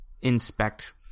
inspect